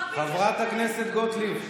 תרביץ לשוטרים.